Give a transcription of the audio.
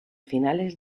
finales